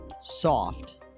Soft